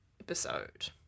episode